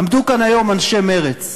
עמדו כאן היום אנשי מרצ,